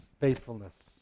faithfulness